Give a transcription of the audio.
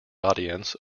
audience